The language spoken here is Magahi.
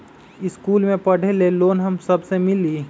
इश्कुल मे पढे ले लोन हम सब के मिली?